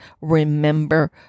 remember